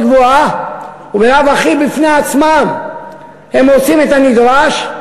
גבוהה ובלאו הכי הם בעצמם עושים את הנדרש.